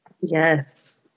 Yes